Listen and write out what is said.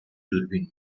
دوربین